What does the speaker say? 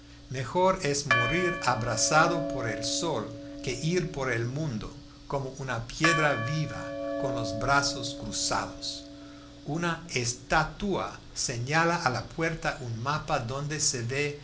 mejor es morir abrasado por el sol que ir por el mundo como una piedra viva con los brazos cruzados una estatua señala a la puerta un mapa donde se ve